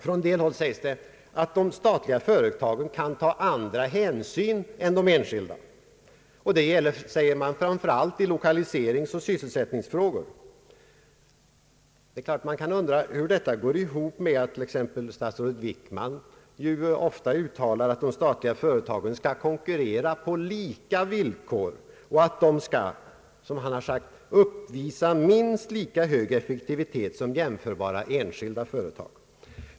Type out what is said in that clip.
Från en del håll anförs att de statliga före tagen kan ta andra hänsyn än de enskilda och det gäller, säger man, framför allt i lokaliseringsoch: sysselsättningsfrågor. Man kan undra hur detta går ihop med att statsrådet Wickman ofta uttalar att de statliga företagen skall konkurrera på lika villkor med de enskilda och uppvisa minst lika hög effektivitet som jämförbara enskilda företag.